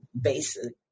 basic